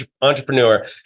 entrepreneur